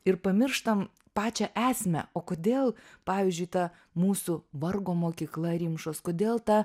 ir pamirštam pačią esmę o kodėl pavyzdžiui ta mūsų vargo mokykla rimšos kodėl ta